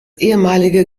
ehemalige